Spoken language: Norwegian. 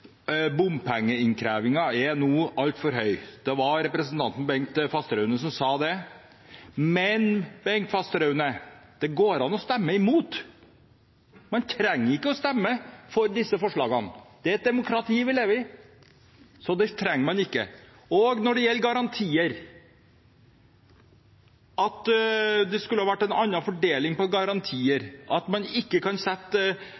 bompengeinnkrevingen er nå altfor høy. Det var representanten Bengt Fasteraune som sa det. Men, til Bengt Fasteraune: Det går an å stemme imot. Man trenger ikke å stemme for disse forslagene. Det er et demokrati vi lever i, så det trenger man ikke. Og når det gjelder garantier, at det skulle vært en annen fordeling, at man ikke kan sette